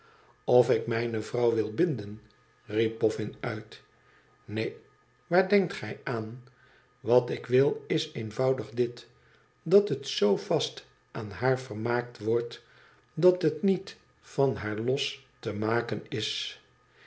of ik mijne vrouw wil binden riep boffin uit ineen waar denkt gij aan wat ik wil is eenvoudig dit dat het zoo vast aan haar vermaakt wordt dat het niet van haar los te maken is